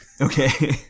Okay